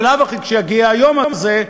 כי בלאו הכי כשיגיע היום הזה,